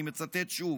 אני מצטט שוב: